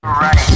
Ready